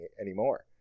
anymore